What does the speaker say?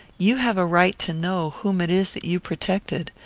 you have a right to know whom it is that you protected.